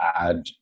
add